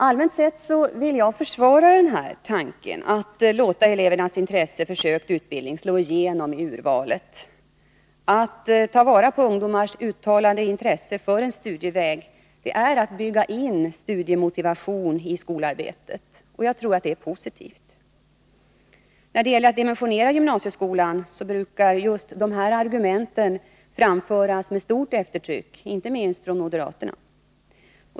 Allmänt sett vill jag försvara tanken att låta elevens intresse för sökt utbildning slå igenom i urvalet. Att ta vara på ungdomars uttalade intresse för en studieväg är att bygga in studiemotivation i skolarbetet. Jag tror att det är positivt. När det gäller att dimensionera gymnasieskolan brukar just de här argumenten framföras med stort eftertryck, inte minst från moderaterna.